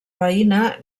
veïna